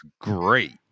great